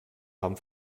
haben